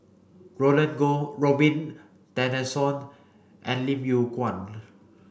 Roland Goh Robin Tessensohn and Lim Yew Kuan